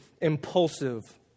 impulsive